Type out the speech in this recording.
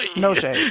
ah no shade.